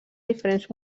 diferents